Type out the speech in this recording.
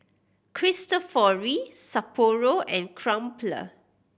Cristofori Sapporo and Crumpler